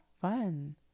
fun